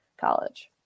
college